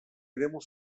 eremu